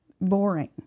boring